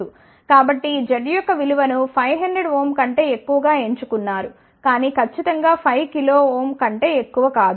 కాబట్టి ఈ Z యొక్క విలువ ను 500 ఓం కంటే ఎక్కువ ఎంచుకున్నారు కాని ఖచ్చితం గా 5 కిలో ఓం కంటే ఎక్కువ కాదు